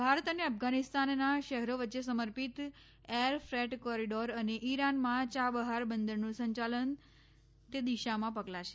ભારત અને અફઘાનિસ્તાનના શહેરો વચ્ચે સમર્પિત એર ફ્રેટ કોરિડોર અને ઈરાનમાં યાબહાર બંદરનું સંચાલન તે દિશામાં પગલાં છે